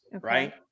right